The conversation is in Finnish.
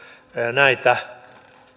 näitä